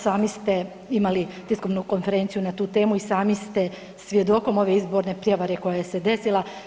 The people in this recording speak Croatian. Sami ste imali tiskovnu konferenciju na tu temu i sami ste svjedokom ove izborne prijevare koja se desila.